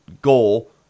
goal